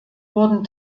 wurden